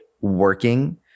working